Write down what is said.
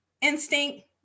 instinct